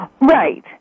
Right